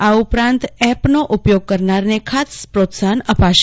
આ ઉપરાંત એપનો ઉપયોગ કરનારને ખાસ પ્રોત્સાહન અપાશે